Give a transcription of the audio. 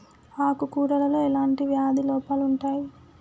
ఆకు కూరలో ఎలాంటి వ్యాధి లోపాలు ఉంటాయి?